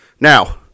now